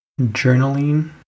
journaling